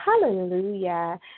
hallelujah